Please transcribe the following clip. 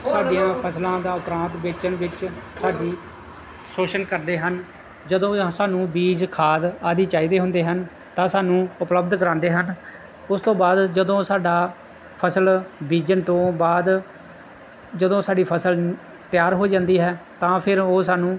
ਸਾਡੀਆਂ ਫਸਲਾਂ ਦਾ ਉਪਰਾਂਤ ਵੇਚਣ ਵਿੱਚ ਸਾਡੀ ਸ਼ੋਸ਼ਣ ਕਰਦੇ ਹਨ ਜਦੋਂ ਵੀ ਸਾਨੂੰ ਬੀਜ ਖਾਦ ਆਦਿ ਚਾਹੀਦੇ ਹੁੰਦੇ ਹਨ ਤਾਂ ਸਾਨੂੰ ਉਪਲਬਧ ਕਰਵਾਉਂਦੇ ਹਨ ਉਸ ਤੋਂ ਬਾਅਦ ਜਦੋਂ ਸਾਡਾ ਫਸਲ ਬੀਜਣ ਤੋਂ ਬਾਅਦ ਜਦੋਂ ਸਾਡੀ ਫਸਲ ਤਿਆਰ ਹੋ ਜਾਂਦੀ ਹੈ ਤਾਂ ਫਿਰ ਉਹ ਸਾਨੂੰ